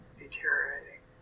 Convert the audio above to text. deteriorating